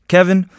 Kevin